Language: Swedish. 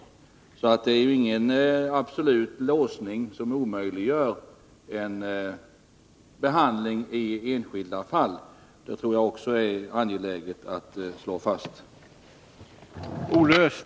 Det är alltså inte fråga om någon absolut låsning som omöjliggör en behandling i enskilda fall. Det tycker jag också är angeläget att slå fast.